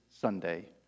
Sunday